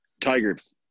Tigers